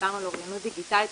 ודיברנו על אוריינות דיגיטלית,